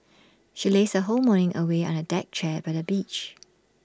she lazed her whole morning away on A deck chair by the beach